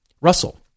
Russell